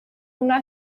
una